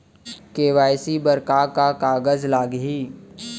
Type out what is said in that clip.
KYC बर का का कागज लागही?